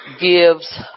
gives